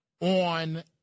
on